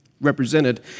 represented